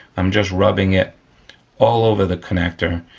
i'm just rubbing it all over the connector,